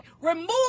Remove